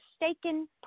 mistaken